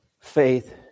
faith